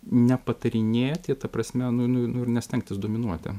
nepatarinėti ta prasme nu nu nu ir nestengtis dominuoti